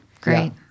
Great